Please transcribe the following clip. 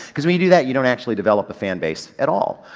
cause when you do that you don't actually develop a fan base at all.